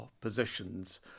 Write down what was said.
positions